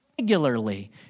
regularly